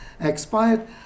expired